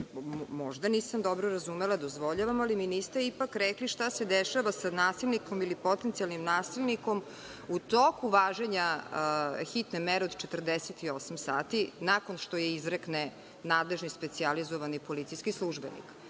možda nisam dobro razumela, dozvoljavam, ali mi niste ipak rekli šta se dešava sa nasilnikom ili potencijalnim nasilnikom u toku važenja hitne mere od 48 sati, nakon što je izrekne nadležni specijalizovani policijski službenik.